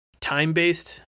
time-based